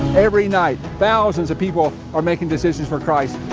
every night, thousands of people are making decisions for christ.